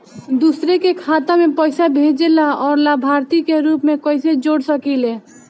दूसरे के खाता में पइसा भेजेला और लभार्थी के रूप में कइसे जोड़ सकिले?